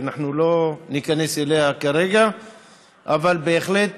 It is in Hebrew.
שאנחנו לא ניכנס אליה כרגע אבל בהחלט